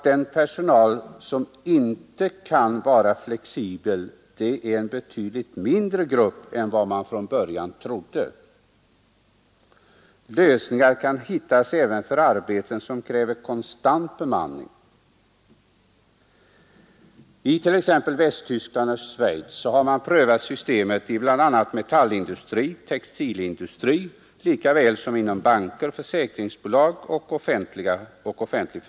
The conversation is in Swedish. Den personal som inte kan ha flexibel arbetstid är utan tvivel en betydligt mindre grupp än vad man från början trodde. Lösningar kan hittas även för arbeten som kräver konstant bemanning. I Västtyskland och Schweiz har man prövat systemet i metallindustri och textilindustri liksom inom banker, försäkringsbolag och offentlig förvaltning.